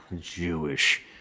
Jewish